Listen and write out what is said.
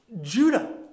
Judah